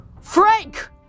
Frank